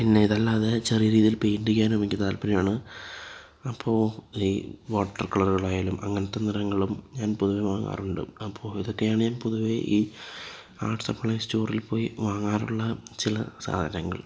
പിന്നെ ഇതല്ലാതെ ചെറിയ രീതിയില് പെയിന്റിംഗ് ചെയ്യാനും എനിക്ക് താത്പര്യമാണ് അപ്പോൾ ഈ വാട്ടര് കളറുകളായാലും അങ്ങനത്തെ നിറങ്ങളും ഞാന് പൊതുവേ വാങ്ങാറുണ്ട് അപ്പോൾ ഇതൊക്കെയാണ് ഞാന് പൊതുവേ ഈ ആർട്ട് സപ്ലൈസ് സ്റ്റോറില് പോയി വാങ്ങാറുള്ള ചില സാധനങ്ങള്